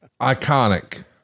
iconic